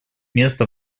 места